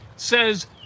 says